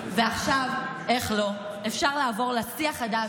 ועכשיו, איך לא, אפשר לעבור לשיא החדש,